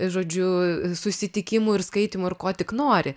žodžiu susitikimų ir skaitymų ir ko tik nori